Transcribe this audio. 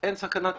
עבד אל חכים חאג'